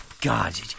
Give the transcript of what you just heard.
God